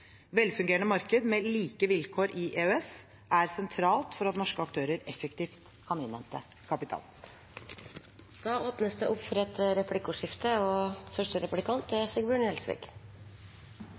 Velfungerende markeder med like vilkår i EØS er sentralt for at norske aktører effektivt kan innhente kapital. Det åpnes for replikkordskifte. En av de tingene som ligger inne i de sakene som skal behandles her, er